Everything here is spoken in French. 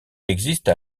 existe